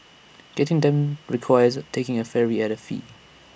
getting them requires taking A ferry at A fee